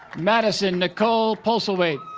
madison nicole postlewaite